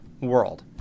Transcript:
world